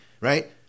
right